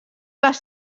les